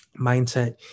mindset